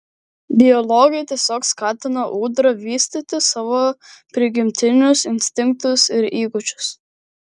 biologai tiesiog skatina ūdra vystyti savo prigimtinius instinktus ir įgūdžius